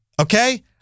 okay